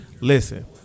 listen